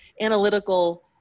analytical